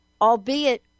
albeit